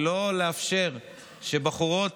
ולא לאפשר שבחורות,